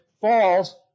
falls